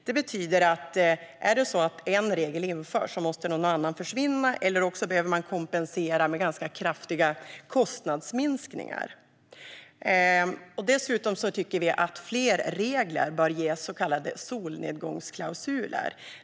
Det betyder att om en regel införs måste någon annan försvinna, eller också behöver man kompensera med ganska kraftiga kostnadsminskningar. Dessutom tycker vi att fler regler bör ges så kallade solnedgångsklausuler.